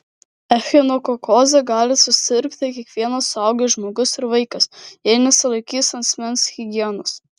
echinokokoze gali susirgti kiekvienas suaugęs žmogus ir vaikas jei nesilaikys asmens higienos